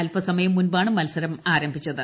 അല്പസ മയം മുമ്പാണ് മത്സരം ആരംഭിച്ചത്